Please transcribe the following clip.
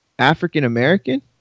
african-american